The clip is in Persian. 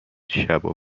شبا